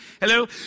Hello